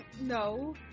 No